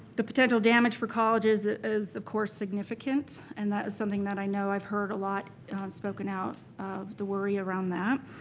the potential damage for colleges is, of course, significant and that is something that i know i've heard a lot spoken out of the worry worry around that.